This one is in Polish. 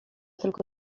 tylko